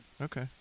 Okay